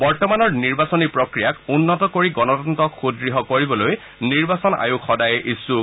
বৰ্তমানৰ নিৰ্বাচনী প্ৰক্ৰিয়াক উন্নত কৰি গণতন্নক সুদ্য় কৰিবলৈ নিৰ্বাচন আয়োগ সদায়েই ইচ্ছুক